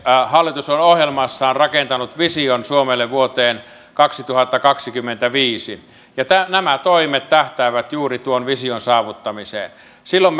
hallitus on ohjelmassaan rakentanut vision suomelle vuoteen kaksituhattakaksikymmentäviisi asti ja nämä toimet tähtäävät juuri tuon vision saavuttamiseen silloin